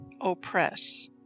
oppress